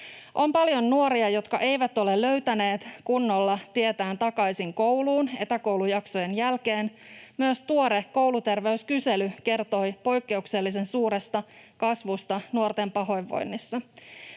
On paljon nuoria, jotka eivät ole löytäneet kunnolla tietään takaisin kouluun etäkoulujaksojen jälkeen. Myös tuore kouluterveyskysely kertoi poikkeuksellisen suuresta kasvusta nuorten pahoinvoinnissa.